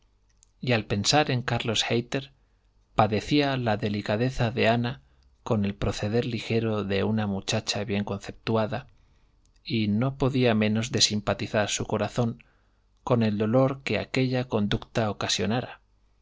y al pensar en carlos hayter padecía la delicadeza de ana con el proceder ligero de una muchacha bien conceptuada y no podía menos de simpatizar su corazón con el dolor que aquella conducta ocasionara